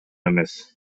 эмес